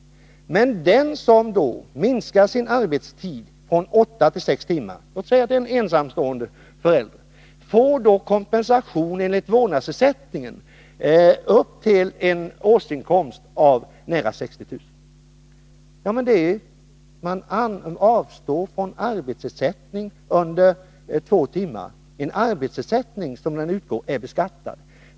Men den som då minskar sin arbetstid från åtta till sex timmar — låt oss säga att det är ensamstående föräldrar — får kompensation från vårdnadsersättningen upp till en årsinkomst av nära 60 000 kr. Man avstår från arbetsersättning under två timmar, en arbetsersättning som är beskattad.